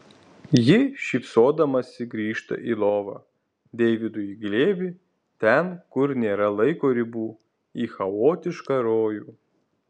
ji šypsodamasi grįžta į lovą deividui į glėbį ten kur nėra laiko ribų į chaotišką rojų